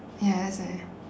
ya that's why